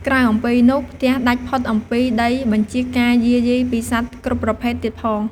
ក្រៅអំពីនោះ ផ្ទះដាច់ផុតអំពីដីបញ្ចៀសការយារយីពីសត្វគ្រប់ប្រភេទទៀតផង។